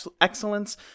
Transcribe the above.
excellence